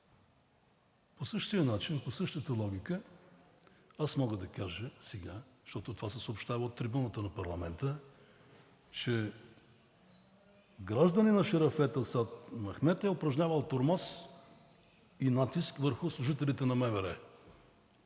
По същия начин, по същата логика аз мога да кажа сега, защото това се съобщава от трибуната на парламента, че гражданинът Шарафет Асат Мехмед е упражнявал тормоз и натиск върху служителите на МВР.